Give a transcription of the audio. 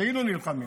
כאילו נלחמים.